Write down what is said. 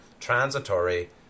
transitory